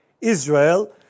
Israel